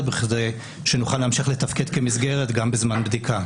בכדי שנוכל להמשיך לתפקד כמסגרת גם בזמן בדיקה.